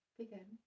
begin